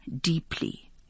deeply